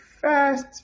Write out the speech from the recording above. first